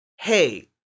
hey